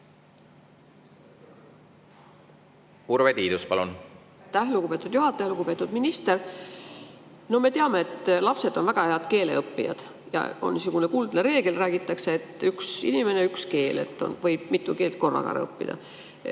Urve Tiidus, palun! Aitäh, lugupeetud juhataja! Lugupeetud minister! No me teame, et lapsed on väga head keeleõppijad. On kuldne reegel, räägitakse, et üks inimene – üks keel. Võib mitu keelt korraga ära õppida.